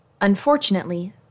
Unfortunately